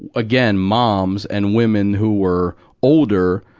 again, moms and women who were older,